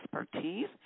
expertise